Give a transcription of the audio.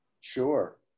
Sure